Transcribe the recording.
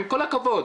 עם כל הכבוד,